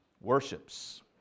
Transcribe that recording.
worships